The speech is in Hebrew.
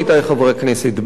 עמיתי חברי הכנסת,